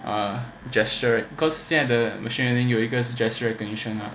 uh gesture it cause 现在的 machine learning 有一个 gesture recognition